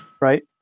Right